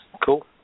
cool